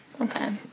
Okay